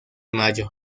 mayo